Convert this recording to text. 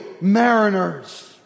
mariners